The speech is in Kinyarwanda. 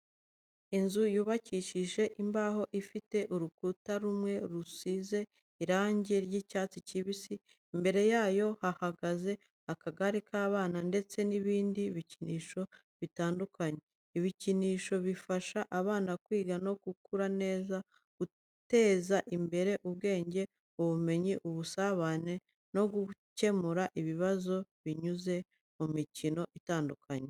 Inzu yubakishije imbaho ifite urukuta rumwe rusize irangi ry'icyatsi kibisi, imbere yayo hahagaze akagare k'abana ndetse n'ibindi bikinisho bitandukanye. Ibikinisho bifasha abana kwiga no gukura neza, guteza imbere ubwenge, ubumenyi, ubusabane, no gukemura ibibazo binyuze mu mikino itandukanye.